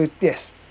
Yes